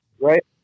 right